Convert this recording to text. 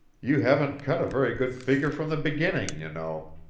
you haven't cut a very good figure from the beginning, you know.